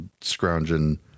scrounging